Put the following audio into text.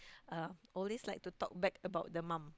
uh always like to talk bad about the mum